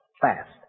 fast